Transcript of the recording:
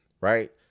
right